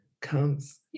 comes